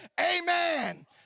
amen